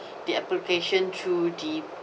the application through the